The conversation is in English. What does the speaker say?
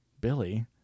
Billy